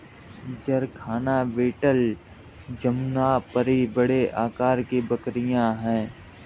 जरखाना बीटल जमुनापारी बड़े आकार की बकरियाँ हैं